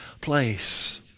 place